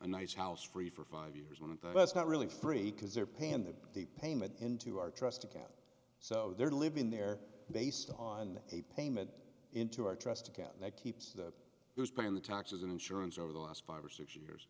nice house free for five years that's not really free because they're paying the payment into our trust account so they're living there based on a payment into our trust account that keeps the who's paying the taxes and insurance over the last five or six years